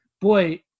boy